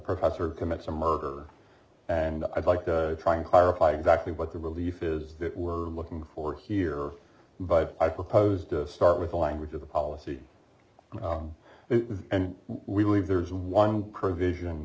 professor commits a murder and i'd like to try and clarify exactly what the belief is that we're looking for here but i proposed to start with the language of the policy and we leave there's one provision